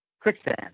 quicksand